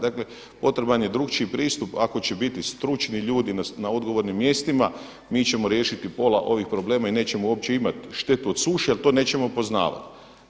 Dakle potreban je drukčiji pristup ako će biti stručni ljudi na odgovornim mjestima, mi ćemo riješiti pola ovih problema i nećemo uopće imati štetu od suše jel to nećemo poznavati.